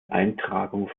eintragung